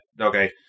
okay